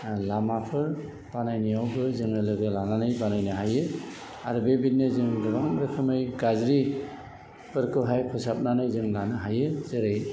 लामाफोर बानायनायावबो जोङो लोगो लानानै बानायनो हायो आरो बेबायदिनो जों गोबां रोखोमै गाज्रिफोरखौहाय फोसाबनानै जों लानो हायो जेरै